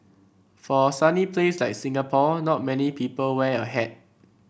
for a sunny place like Singapore not many people wear a hat